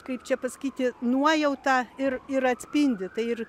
kaip čia pasakyti nuojautą ir ir atspindi tai ir